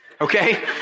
Okay